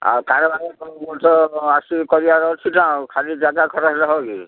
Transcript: ଆଉ କାରବାର ଆସି କରିବାର ଅଛି ନା ଆଉ ଖାଲି ଜାଗା ଖରାପ ହେଲେ ହବ କିି